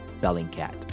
Bellingcat